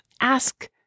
ask